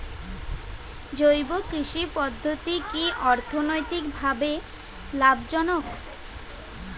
জৈব কৃষি পদ্ধতি কি অর্থনৈতিকভাবে লাভজনক?